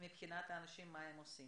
מבחינת האנשים ומה הם עושים.